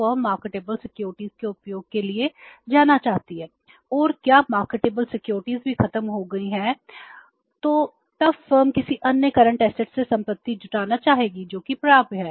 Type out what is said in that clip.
फिर current assets से संपत्ति जुटाना चाहेगी जो कि प्राप्य है